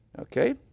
Okay